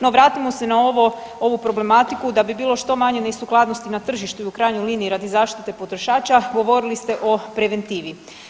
No vratimo se na ovo, ovu problematiku da bi bilo što manje nesukladnosti na tržištu, u krajnjoj liniji radi zaštite potrošača govorili ste o preventivi.